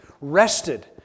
rested